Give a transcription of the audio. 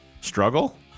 Struggle